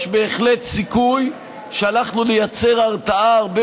יש בהחלט סיכוי שאנחנו נייצר הרתעה הרבה